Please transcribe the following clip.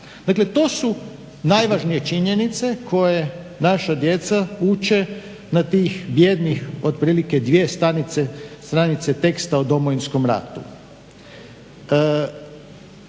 Dakle, to su najvažnije činjenice koje naša djeca uče na tih bijednih otprilike dvije stranice teksta o Domovinskom ratu.